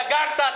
סגרת.